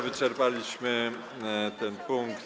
Wyczerpaliśmy ten punkt